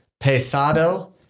Pesado